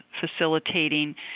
facilitating